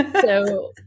So-